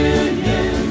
union